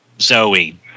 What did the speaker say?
Zoe